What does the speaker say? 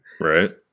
Right